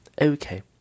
Okay